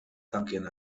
tanquen